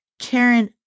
Karen